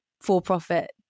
for-profit